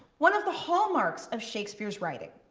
one of the hallmarks of shakespeare's writing,